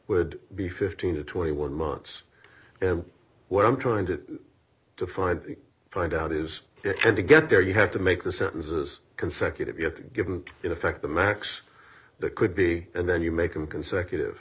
would be fifteen to twenty one months and what i'm trying to find find out is to get there you have to make the sentences consecutive you have to give them in effect the max the could be and then you make them consecutive